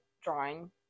drawing